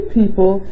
people